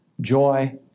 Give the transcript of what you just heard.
joy